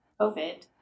COVID